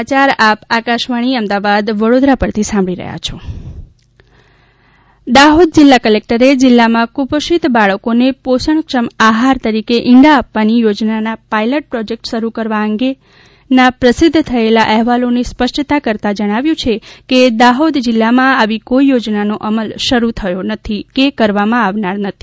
કુપોષિત બાળકો દાહોદ જીલ્લા કલેકટરે જીલ્લામાં કુપોષિત બાળકોને પોષણક્ષમ આહાર તરીકે ઇંડા આપવાની યોજનાના પાયલટ પ્રોજેકટ શરૂ કરવા અંગેના પ્રસિદ્ધ થયેલા અહેવાલોની સ્પષ્ટતા કરતાં જણાવ્યું છે કે દાહોદ જીલ્લામાં આવી કોઇ યોજનાનો અમલ શરૂ થયો નથી કે કરવામાં આવનાર નથી